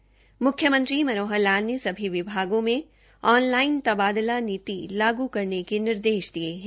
म्ख्यमंत्री मनोहर लाल ने सभी विभागों में ऑनलाइन तबादला नीति लागू करने के निर्देश दिये है